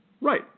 right